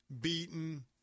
beaten